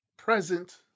present